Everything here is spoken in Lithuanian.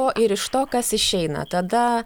o ir iš to kas išeina tada